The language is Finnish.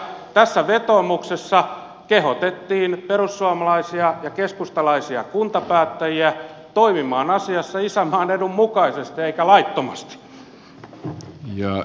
tässä vetoomuksessa kehotettiin perussuomalaisia ja keskustalaisia kuntapäättäjiä toimimaan asiassa isänmaan edun mukaisesti eikä laittomasti